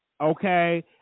okay